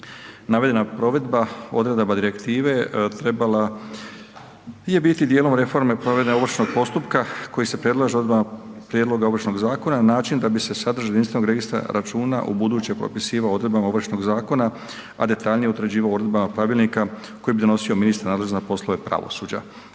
Navedena provedba odredaba direktive trebala je biti dio reforme provedbe ovršnog postupka koji se predlaže u odredbama prijedloga Ovršnog zakona na način da bise sadržaj jedinstvenog registra računa ubuduće propisivao odredbama Ovršnog zakona, a detaljnije utvrđivao uredbama pravilnika koji bi donosio ministar nadležan za poslove pravosuđa.